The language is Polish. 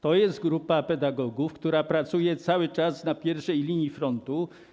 To jest grupa pedagogów, która pracuje cały czas na pierwszej linii frontu.